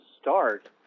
start